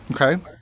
Okay